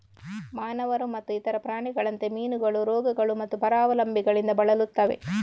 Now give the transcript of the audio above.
ಮಾನವರು ಮತ್ತು ಇತರ ಪ್ರಾಣಿಗಳಂತೆ, ಮೀನುಗಳು ರೋಗಗಳು ಮತ್ತು ಪರಾವಲಂಬಿಗಳಿಂದ ಬಳಲುತ್ತವೆ